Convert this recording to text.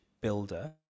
builder